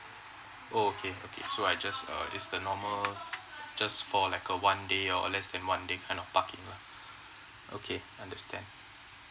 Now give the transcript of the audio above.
okay so I just uh is the normal just for like a one day or less than one day kind of parking lah okay I understand